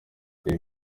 iyi